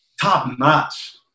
top-notch